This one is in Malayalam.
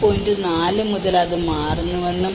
4 മുതൽ അത് മാറുന്നുവെന്നും